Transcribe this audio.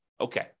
Okay